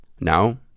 Now